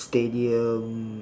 stadium